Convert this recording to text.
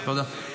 תודה.